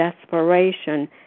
desperation